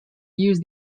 use